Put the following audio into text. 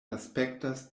aspektas